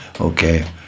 okay